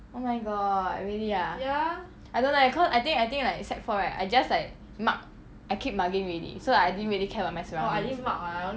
oh my god really ah I don't know leh cause I think I think like sec four right I just like mug I keep mugging already so like I didn't care about max's wellness